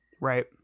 right